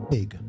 Big